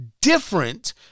different